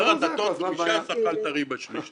שר הדתות מש"ס אכל את הריבה שלי,